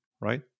right